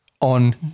on